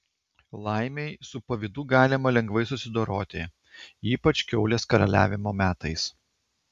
laimei su pavydu galima lengvai susidoroti ypač kiaulės karaliavimo metais